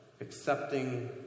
accepting